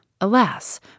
Alas